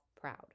proud